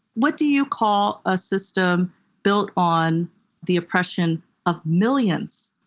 what do you call a system built on the oppression of millions,